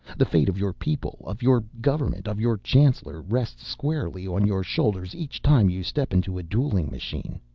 the fate of your people, of your government, of your chancellor rests squarely on your shoulders each time you step into a dueling machine.